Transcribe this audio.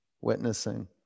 Witnessing